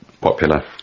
popular